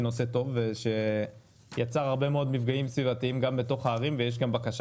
בנושא טוב שיצר הרבה מאוד מפגעים סביבתיים גם בתוך הערים ויש כאן בקשה